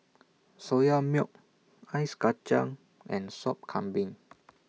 Soya Milk Ice Kachang and Sop Kambing